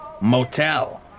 Motel